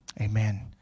Amen